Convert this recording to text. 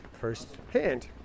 first-hand